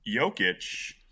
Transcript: Jokic